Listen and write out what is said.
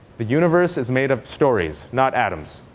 the universe is made of stories, not atoms.